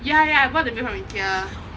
ya ya I bought the bed from Ikea